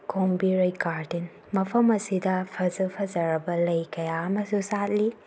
ꯀꯣꯝꯕꯤꯔꯩ garden ꯃꯐꯝ ꯑꯁꯤꯗ ꯐꯖ ꯐꯖꯔꯕ ꯂꯩ ꯀꯌꯥ ꯑꯃꯁꯨ ꯁꯥꯠꯂꯤ